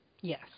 yes